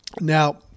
Now